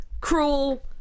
cruel